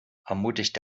ermutigte